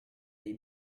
dei